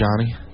Johnny